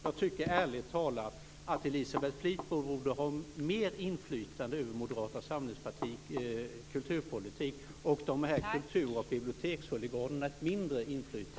Jag tycker ärligt talat att Elisabeth Fleetwood borde ha mer inflytande över Moderata samlingspartiets kulturpolitik och kultur och bibliotekshuliganerna ett mindre inflytande.